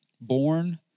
Born